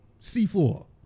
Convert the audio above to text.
C4